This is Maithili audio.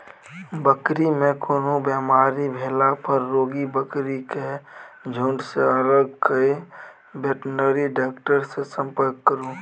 बकरी मे कोनो बेमारी भेला पर रोगी बकरी केँ झुँड सँ अलग कए बेटनरी डाक्टर सँ संपर्क करु